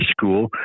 school